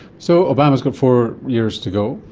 so obama has got four years to go.